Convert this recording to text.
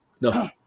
No